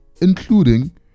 including